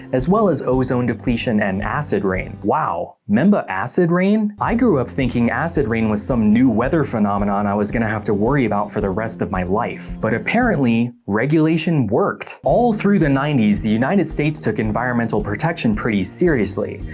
as well as ozone depletion and acid rain. wow, memba acid rain? i grew up thinking acid rain was some new weather phenomenon i was going to have to worry about for the rest of my life. but apparently, regulation worked. all through the ninety s, the united states took environmental protection pretty seriously,